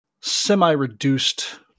semi-reduced